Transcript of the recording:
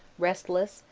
restless,